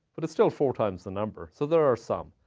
but it's still four times the number. so there are some.